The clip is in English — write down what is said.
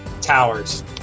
Towers